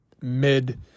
mid